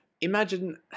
imagine